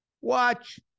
Watch